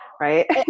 right